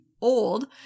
old